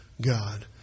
God